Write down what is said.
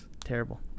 Terrible